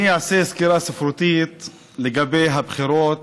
אני אעשה סקירה ספרותית לגבי הבחירות